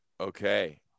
Okay